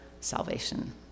salvation